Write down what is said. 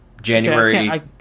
January